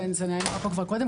וזה נאמר פה כבר קודם,